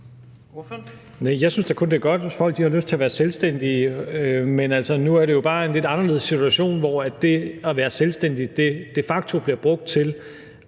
jeg synes da kun, det er godt, hvis folk har lyst til at være selvstændige, men nu er det jo altså bare en lidt anderledes situation, hvor det at være selvstændig de facto bliver brugt til